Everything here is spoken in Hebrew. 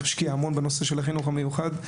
שהשקיע המון בנושא של החינוך המיוחד.